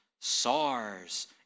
SARS